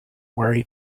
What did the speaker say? worry